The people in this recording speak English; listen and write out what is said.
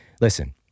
listen